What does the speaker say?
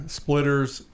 splitters